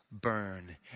burn